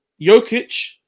Jokic